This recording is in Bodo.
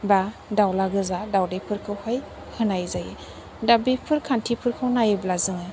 बा दाउला गोजा दाउदै फोरखौहाय होनाय जायो दा बेफोर खान्थिफोरखौ नायोब्ला जोङो